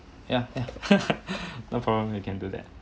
ya ya no problem you can do that